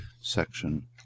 Section